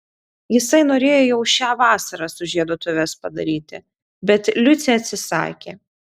jisai norėjo jau šią vasarą sužieduotuves padaryti bet liucė atsisakė